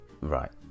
right